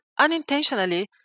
unintentionally